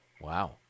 Wow